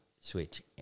switch